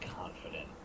confident